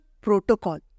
protocol